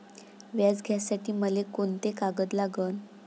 व्याज घ्यासाठी मले कोंते कागद लागन?